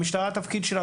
המשטרה התפקיד שלה,